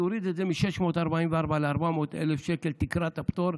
להוריד את זה מ-644,000 ל-400,000 שקל תקרת הפטור,